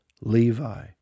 Levi